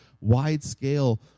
wide-scale